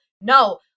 No